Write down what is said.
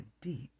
deep